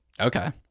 okay